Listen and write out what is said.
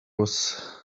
was